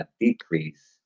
decrease